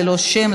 ללא שם,